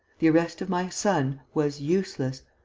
the arrest of my son was useless!